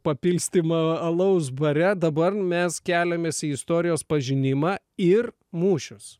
papilstymą alaus bare dabar mes keliamės į istorijos pažinimą ir mūšius